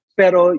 pero